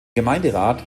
gemeinderat